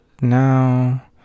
Now